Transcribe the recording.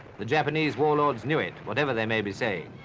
the japanese warlords knew it, whatever they may be saying.